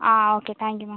അതെ okay thank you മാം